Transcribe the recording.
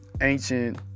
ancient